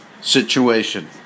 situation